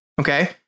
Okay